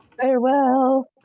Farewell